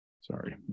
Sorry